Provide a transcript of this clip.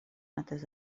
notes